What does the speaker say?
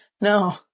No